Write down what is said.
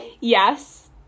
Yes